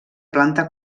planta